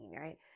right